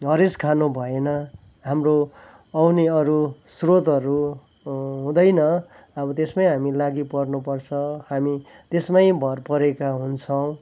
हरेस खानु भएन हाम्रो आउने अरू स्रोतहरू हुँदैन अब त्यसमै हामी लागि पर्नुपर्छ हामी त्यसमै भर परेका हुन्छौँ